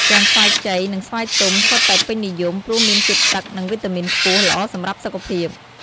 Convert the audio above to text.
ទាំងស្វាយខ្ចី និងស្វាយទុំ សុទ្ធតែពេញនិយម ព្រោះមានជាតិទឹក និងវីតាមីនខ្ពស់ ល្អសម្រាប់សុខភាព។